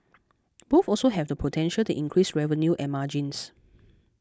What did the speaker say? both also have the potential to increase revenue and margins